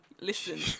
Listen